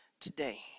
today